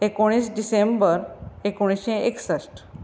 एकोणीस डिसेंबर एकोणिश्शे एकसश्ट